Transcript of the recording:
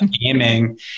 gaming